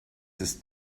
ist